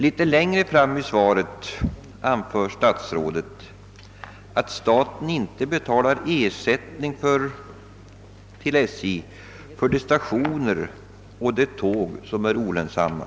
«Litet längre fram i svaret heter det, att staten inte betalar någon ersättning till SJ för de stationer och tåg som är olönsamma.